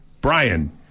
Brian